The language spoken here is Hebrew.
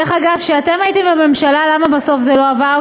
דרך אגב, כשאתם הייתם בממשלה, למה בסוף זה לא עבר?